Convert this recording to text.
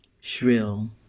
shrill